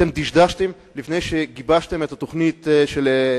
אתם דשדשתם לפני שגיבשתם את תוכנית ההאצה,